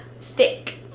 Thick